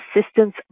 assistance